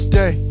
day